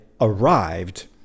arrived